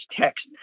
text